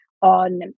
on